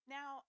Now